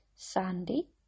Sandy